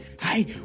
Hey